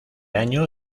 año